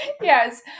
Yes